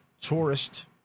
Tourist